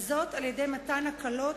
וזאת על-ידי מתן הקלות,